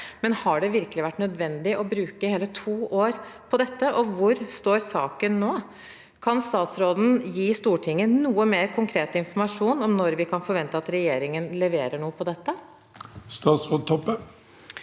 Men har det virkelig vært nødvendig å bruke hele to år på dette? Og hvor står saken nå? Kan statsråden gi Stortinget noe mer konkret informasjon om når vi kan forvente at regjeringen leverer noe på dette? Statsråd